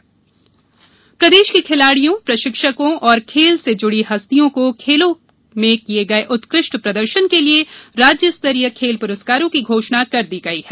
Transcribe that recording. खेल पुरस्कार प्रदेश के खिलाड़ियों प्रशिक्षकों एवं खेल से जुड़ी हस्तियों को खेलों में किये गये उत्कृष्ट प्रदर्शन के लिये राज्य स्तरीय खेल पुरस्कारों की घोषणा कर दी गई है